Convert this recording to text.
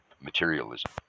materialism